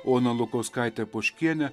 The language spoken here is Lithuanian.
oną lukauskaitę poškienę